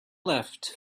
left